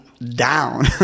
down